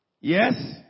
Yes